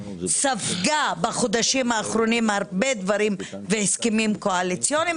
ספגה בחודשים האחרונים הרבה דברים והסכמים קואליציוניים,